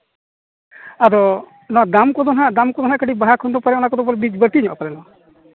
ᱟᱫᱚ ᱚᱱᱟ ᱫᱟᱢ ᱠᱚᱫᱚ ᱦᱟᱸᱜ ᱫᱟᱢ ᱠᱚᱫᱚ ᱦᱟᱸᱜ ᱠᱟᱹᱴᱤᱡ ᱵᱟᱦᱟ ᱠᱷᱚᱱ ᱫᱚ ᱯᱟᱞᱮᱱ ᱚᱱᱟ ᱠᱚᱫᱚ ᱵᱟᱹᱲᱛᱤᱧᱚᱜ ᱯᱟᱞᱮᱱᱚᱜ